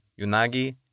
Yunagi